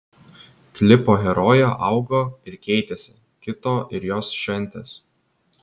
klipo herojė augo ir keitėsi kito ir jos šventės